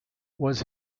was